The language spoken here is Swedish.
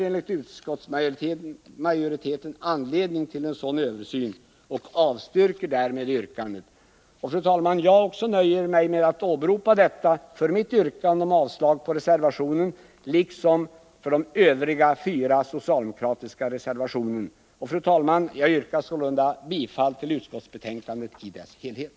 Enligt utskottsmajoriteten saknas det därför anledning att göra en sådan översyn som begärts, och majoriteten avstyrker därmed yrkandet. Också jag nöjer mig med att åberopa detta för mitt yrkande om avslag på reservationen, och jag yrkar samtidigt avslag på de fyra övriga socialdemokratiska reservationerna. Fru talman! Jag yrkar sålunda bifall till utskottsbetänkandet i dess helhet.